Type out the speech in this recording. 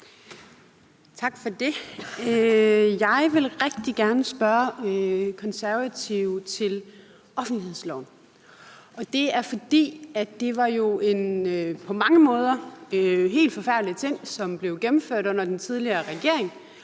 Tak for det. Jeg vil rigtig gerne spørge Konservative til offentlighedsloven. Og det vil jeg, fordi det jo på mange måder var en helt forfærdelig ting, som blev gennemført under den tidligere regering,